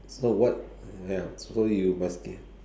so what ya so you must